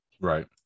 right